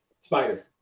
Spider